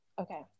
Okay